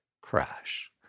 crash